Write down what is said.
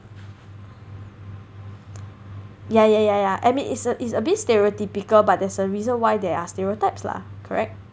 ya ya ya ya I mean it's a it's a bit stereotypical but there's a reason why there are stereotypes lah correct